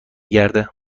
گرده